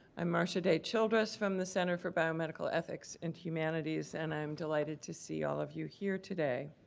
i'm marcia day childress from the center for biomedical ethics and humanities, and i'm delighted to see all of you here today.